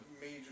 major